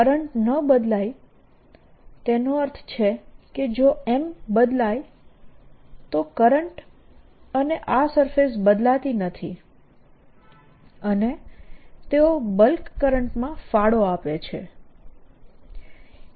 જો કરંટ ન બદલાય તેનો અર્થ છે કે જો M બદલાય તો કરંટ અને આ સરફેસ બદલાતી નથી અને તેઓ બલ્ક કરંટમાં ફાળો આપે છે